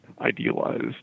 idealized